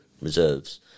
reserves